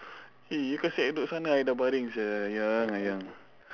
eh you kasi I duduk sana I dah baring sia sayang sayang